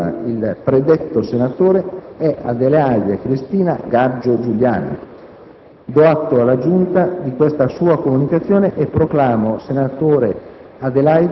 alla quale apparteneva il predetto senatore è Adelaide Cristina Gaggio Giuliani. Do atto alla Giunta di questa sua comunicazione e proclamo senatrice